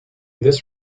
this